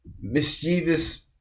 mischievous